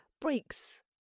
breaks